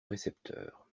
récepteur